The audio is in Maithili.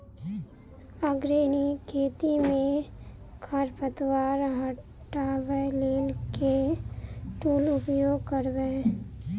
आर्गेनिक खेती मे खरपतवार हटाबै लेल केँ टूल उपयोग करबै?